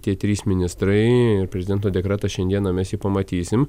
tie trys ministrai ir prezidento dekretą šiandieną mes jį pamatysim